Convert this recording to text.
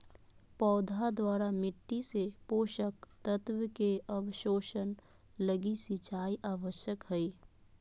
पौधा द्वारा मिट्टी से पोषक तत्व के अवशोषण लगी सिंचाई आवश्यक हइ